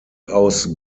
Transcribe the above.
aus